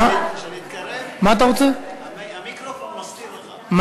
כעת מצביעים על הודעת הממשלה על רצונה להחיל דין רציפות על